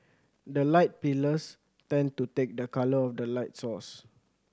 the light pillars tend to take the colour of the light source